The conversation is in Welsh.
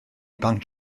banc